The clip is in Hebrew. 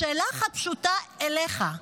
שאלה אחת פשוטה אליך: